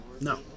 No